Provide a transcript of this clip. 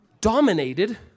Dominated